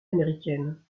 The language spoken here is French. américaine